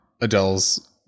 Adele's